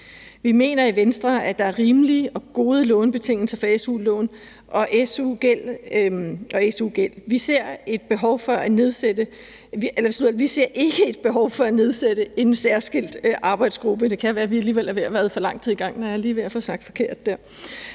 Vi mener i Venstre, at der er rimelige og gode lånebetingelser for su-lån og su-gæld. Vi ser ikke et behov for at nedsætte en særskilt arbejdsgruppe.